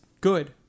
good